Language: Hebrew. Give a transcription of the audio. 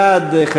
בעד,